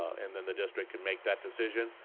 and then the district can make that decision,